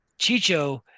chicho